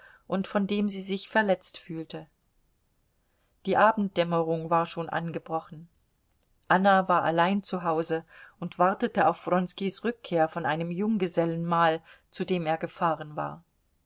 und von dem sie sich verletzt fühlte die abenddämmerung war schon angebrochen anna war allein zu hause und wartete auf wronskis rückkehr von einem junggesellenmahl zu dem er gefahren war